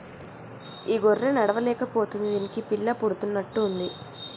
ఈ గొర్రె నడవలేక పోతుంది దీనికి పిల్ల పుడుతున్నట్టు ఉంది